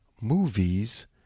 movies